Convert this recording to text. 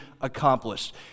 accomplished